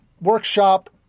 workshop